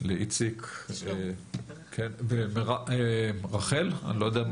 לשלומי ולרחל.